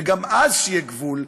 וגם אז, כשיהיה גבול,